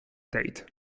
date